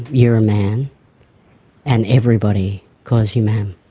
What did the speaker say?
you're a man and everybody calls you ma'am.